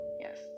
Yes